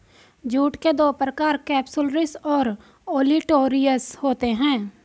jute के दो प्रकार केपसुलरिस और ओलिटोरियस होते हैं